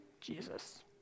Jesus